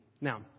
Now